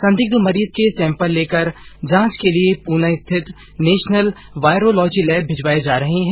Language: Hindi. संदिग्ध मरीज के सेम्पल लेकर जांच के लिए पूना स्थित नेशनल वायरोलॉजी लेब भिजवाये जा रहे है